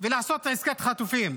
ולעשות עסקת חטופים.